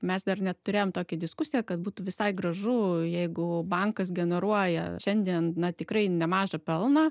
mes dar net turėjom tokią diskusiją kad būtų visai gražu jeigu bankas generuoja šiandien tikrai nemažą pelną